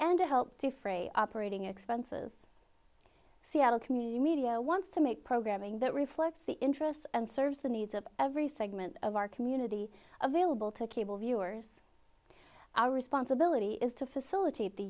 and to help defray operating expenses seattle community media wants to make programming that reflects the interests and serves the needs of every segment of our community available to cable viewers our responsibility is to facilitate the